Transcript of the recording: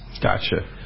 Gotcha